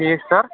ٹھیٖک سَر